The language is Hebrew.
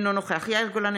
אינו נוכח יאיר גולן,